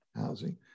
housing